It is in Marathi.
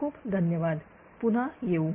खूप खूप धन्यवाद पुन्हा येऊ